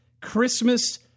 Christmas